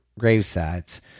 gravesites